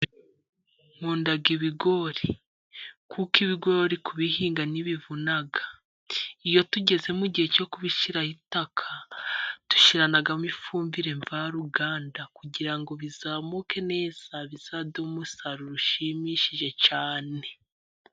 Nkunda ibigori kuko ibigori kubihinga ntibivuna, iyo tugeze mu gihe cyo kubishyiraho itaka dushyiranamo ifumbire mvaruganda, kugira ngo bizamuke neza bizaduhe umusaruro ushimishije cyane.